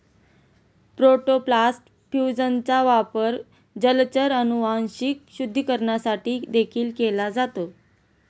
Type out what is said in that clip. protoplast फ्यूजनचा वापर जलचर अनुवांशिक शुद्धीकरणासाठी देखील केला जातो